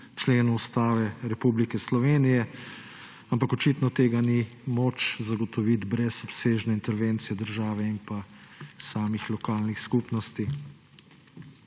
členu Ustave Republike Slovenije, ampak očitno tega ni moč zagotoviti brez obsežne intervencije države in samih lokalnih skupnosti.